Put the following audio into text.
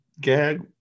gag